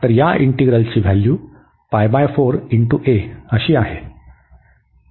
तर या इंटीग्रलची व्हॅल्यू आहे